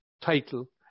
title